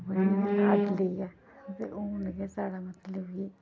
ते हून गै साढ़ा मतलब कि